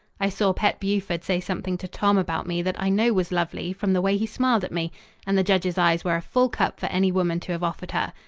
i saw pet buford say something to tom about me that i know was lovely from the way he smiled at me and the judge's eyes were a full cup for any woman to have offered her.